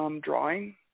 drawing